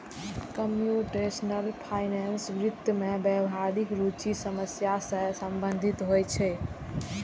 computational finance वित्त मे व्यावहारिक रुचिक समस्या सं संबंधित होइ छै